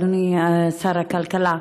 אדוני שר הכלכלה,